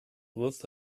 with